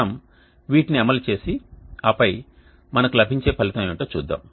మనము వీటిని అమలు చేసి ఆపై మనకు లభించే ఫలితం ఏమిటో చూద్దాం